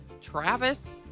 Travis